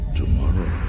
tomorrow